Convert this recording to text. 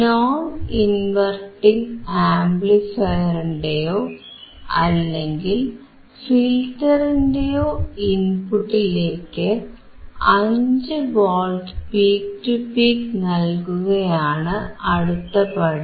non inverting ആപ്ലിഫയറിന്റെയോ അല്ലെങ്കിൽ ഫിൽറ്ററിന്റെയോ ഇൻപുട്ടിലേക്ക് 5 വോൾട്ട് പീക് ടു പീക് നൽകുകയാണ് അടുത്തപടി